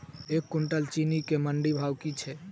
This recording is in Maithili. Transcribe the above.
एक कुनटल चीनी केँ मंडी भाउ की छै?